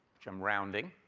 which i'm rounding.